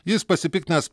jis pasipiktinęs